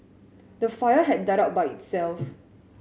the fire had died out by itself